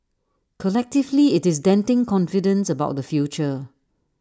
collectively IT is denting confidence about the future